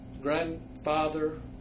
grandfather